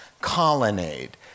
colonnade